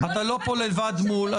אתה לא פה לבד מול,